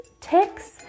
ticks